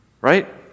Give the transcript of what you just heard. Right